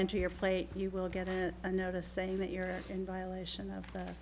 enter your plate you will get a notice saying that you're in violation of